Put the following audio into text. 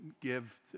give